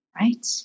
Right